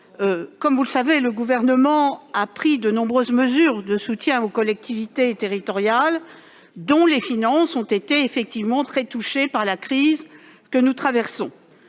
comme vous le savez, le Gouvernement a pris de nombreuses mesures de soutien aux collectivités territoriales, dont les finances ont été très touchées par la crise que nous traversons.